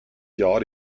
jahr